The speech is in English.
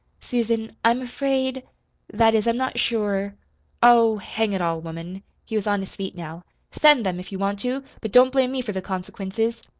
susan, i'm afraid that is, i'm not sure oh, hang it all, woman he was on his feet now send them, if you want to but don't blame me for the consequences.